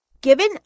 Given